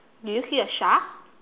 do you see a shark